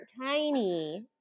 tiny